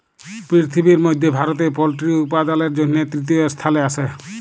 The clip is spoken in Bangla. পিরথিবির মধ্যে ভারতে পল্ট্রি উপাদালের জনহে তৃতীয় স্থালে আসে